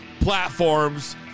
platforms